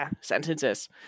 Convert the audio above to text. Sentences